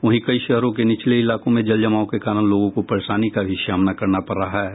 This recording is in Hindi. वहीं कई शहरों के निचले इलाकों में जलजमाव के कारण लोगों को परेशानी का सामना भी करना पड़ रहा है